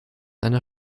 einer